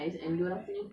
a'ah